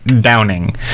Downing